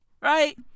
right